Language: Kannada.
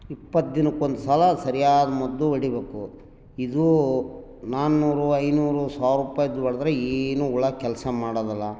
ಇಪ್ಪತ್ತು ದಿನಕ್ಕೆ ಒಂದ್ಸಲ ಸರಿಯಾದ ಮದ್ದು ಹೊಡಿಬೇಕು ಇದು ನಾನೂರು ಐನೂರು ಸಾವಿರ ರುಪಾಯ್ದು ಹೊಡೆದ್ರೆ ಏನು ಹುಳ ಕೆಲಸ ಮಾಡೋದಲ್ಲ